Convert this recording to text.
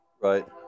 Right